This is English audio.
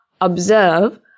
observe